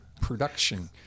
production